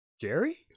Jerry